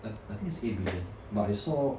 I I think is eight billion but I saw